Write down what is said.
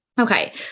Okay